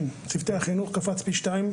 כן, צוותי החינוך קפץ פי שניים.